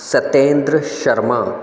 Satendra Sharma